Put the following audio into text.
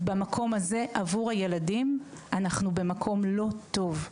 במקום הזה עבור הילדים אנחנו במקום לא טוב.